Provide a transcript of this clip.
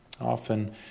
often